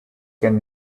can